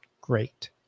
great